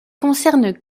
concernent